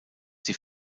die